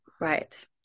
Right